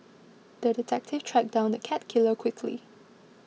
the detective tracked down the cat killer quickly